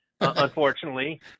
unfortunately